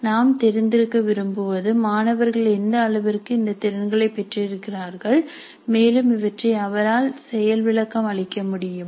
நாம் தெரிந்திருக்க விரும்புவது மாணவர்கள் எந்த அளவிற்கு இந்தத் திறன்களை பெற்றிருக்கிறார்கள் மேலும் இவற்றை அவரால் செயல் விளக்கம் அளிக்க முடியுமா